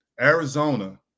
Arizona